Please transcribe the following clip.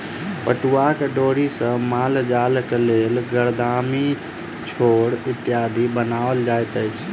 पटुआक डोरी सॅ मालजालक लेल गरदामी, छोड़ इत्यादि बनाओल जाइत अछि